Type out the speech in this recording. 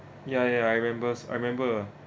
ya ya I remember s~ I remember ah